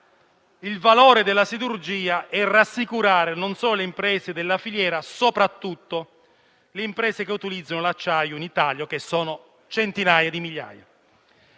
il valore della siderurgia e rassicurare non solo le imprese della filiera, ma soprattutto le imprese che utilizzano l'acciaio in Italia, che sono centinaia di migliaia.